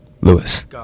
Lewis